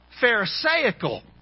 pharisaical